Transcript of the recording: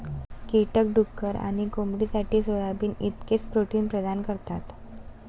कीटक डुक्कर आणि कोंबडीसाठी सोयाबीन इतकेच प्रोटीन प्रदान करतात